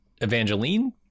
Evangeline